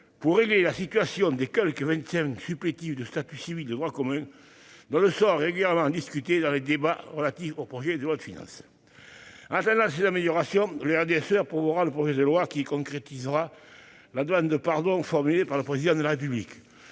pour régler la situation des quelque vingt-cinq supplétifs de statut civil de droit commun dont le sort est régulièrement discuté au titre des projets de loi de finances. En attendant ces améliorations, le RDSE approuvera le projet de loi qui concrétise la demande de pardon formulée par le Président de la République.